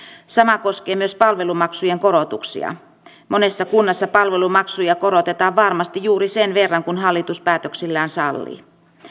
sama koskee myös palvelumaksujen korotuksia monessa kunnassa palvelumaksuja korotetaan varmasti juuri sen verran kuin hallitus päätöksillään sallii